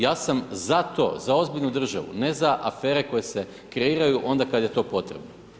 Ja sam za to, za ozbiljnu državu, ne za afere koje se kreiraju onda kad je to potrebno.